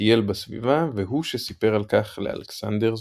כשטייל בסביבה, והוא שסיפר על כך לאלכסנדר זייד.